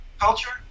Culture